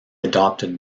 adopted